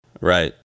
Right